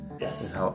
Yes